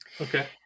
Okay